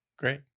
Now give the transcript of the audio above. great